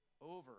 over